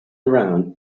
around